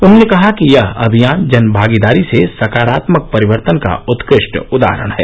उन्होंने कहा कि यह अभियान जन भागीदारी से सकारात्मक परिवर्तन का उत्कृष्ट उदाहरण है